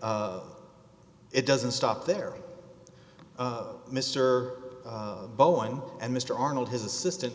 so it doesn't stop there mr boeing and mr arnold his assistant